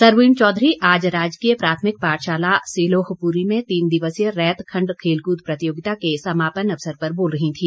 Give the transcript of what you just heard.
सरवीण चौधरी आज राजकीय प्राथमिक पाठशाला सिहोलपुरी में तीन दिवसीय रैत खंड खेलकूद प्रतियोगिता के समापन अवसर पर बोल रही थी